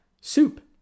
soup